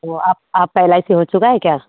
वह आप आपका एल आई सी हो चुका है क्या